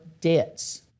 debts